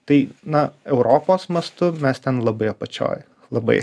tai na europos mastu mes ten labai apačioj labai